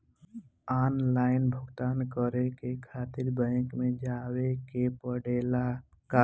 Online भुगतान करे के खातिर बैंक मे जवे के पड़ेला का?